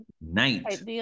night